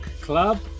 club